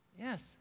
Yes